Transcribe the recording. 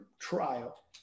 trial